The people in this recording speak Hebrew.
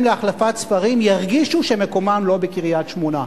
להחלפת ספרים ירגישו שמקומם לא בקריית-שמונה.